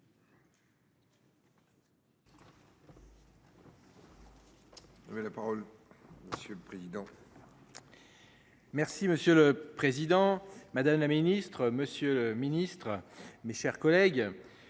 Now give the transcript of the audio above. Merci, monsieur le Président Madame la Ministre, Monsieur le Ministre, mes chers collègues.